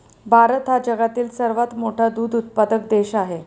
भारत हा जगातील सर्वात मोठा दूध उत्पादक देश आहे